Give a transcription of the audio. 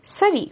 சரி:sari